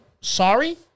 Sorry